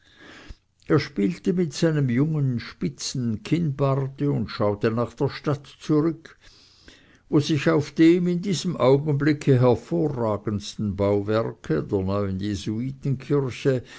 er spielte mit seinem jungen spitzen kinnbarte und schaute nach der stadt zurück wo sich auf dem in diesem augenblicke hervorragendsten bauwerke der neuen jesuitenkirche